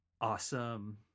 awesome